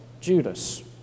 Judas